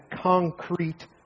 concrete